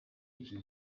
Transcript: iki